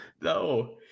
no